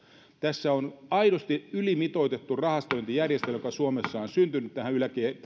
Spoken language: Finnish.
tässä on aidosti ylimitoitettu rahastointijärjestely joka suomessa on syntynyt